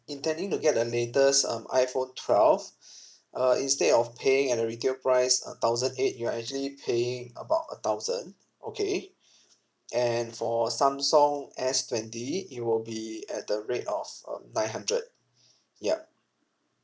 intending to get the latest um iphone twelve uh instead of paying at a retail price uh thousand eight you're actually paying about a thousand okay and for samsung S twenty it will be at the rate of uh nine hundred yup